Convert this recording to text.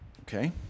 okay